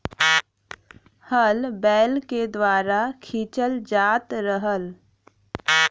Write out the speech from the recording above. हल बैल के द्वारा खिंचल जात रहल